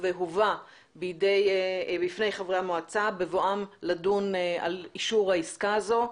והובא בפני חברי המועצה בבואם לדון באישור עסקה זו.